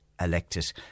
elected